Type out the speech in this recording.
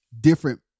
different